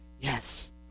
yes